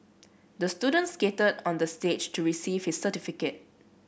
the student skated on the stage to receive his certificate